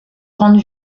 grande